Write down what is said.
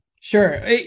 Sure